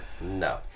No